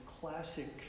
classic